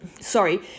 sorry